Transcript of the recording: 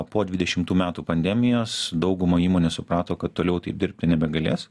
po dvidešimtų metų pandemijos dauguma įmonių suprato kad toliau taip dirbti nebegalės